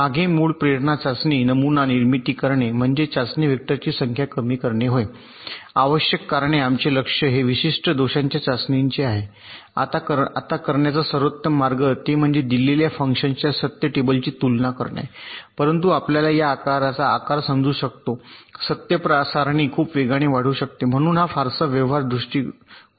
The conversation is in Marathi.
मागे मूळ प्रेरणा चाचणी नमुना निर्मिती करणे म्हणजे चाचणी वेक्टरची संख्या कमी करणे होय आवश्यक कारण आमचे लक्ष्य हे विशिष्ट दोषांच्या चाचणीचे आहे आता करण्याचा सर्वोत्तम मार्ग ते म्हणजे दिलेल्या फंक्शनच्या सत्य टेबलची तुलना करणे परंतु आपल्याला या आकाराचा आकार समजू शकतो सत्य सारणी खूप वेगाने वाढू शकते म्हणून हा फारसा व्यवहार्य दृष्टीकोन नाही